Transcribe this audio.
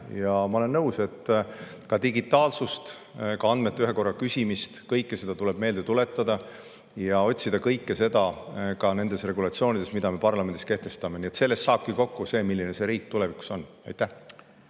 Ma olen nõus, et ka digitaalsust, ka andmete vaid ühe korra küsimist, kõike seda tuleb meelde tuletada ja otsida seda ka nendes regulatsioonides, mida me parlamendis kehtestame. Nii et sellest saabki kokku selle, milline see riik tulevikus on. Arvo